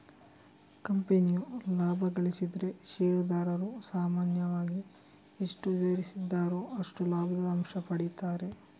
ಕಂಪನಿಯು ಲಾಭ ಗಳಿಸಿದ್ರೆ ಷೇರುದಾರರು ಸಾಮಾನ್ಯವಾಗಿ ಎಷ್ಟು ವಿವರಿಸಿದ್ದಾರೋ ಅಷ್ಟು ಲಾಭದ ಅಂಶ ಪಡೀತಾರೆ